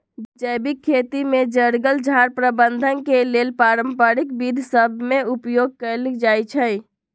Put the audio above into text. जैविक खेती में जङगल झार प्रबंधन के लेल पारंपरिक विद्ध सभ में उपयोग कएल जाइ छइ